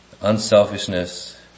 unselfishness